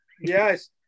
Yes